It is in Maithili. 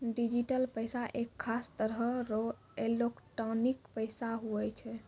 डिजिटल पैसा एक खास तरह रो एलोकटानिक पैसा हुवै छै